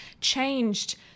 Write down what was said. changed